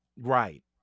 right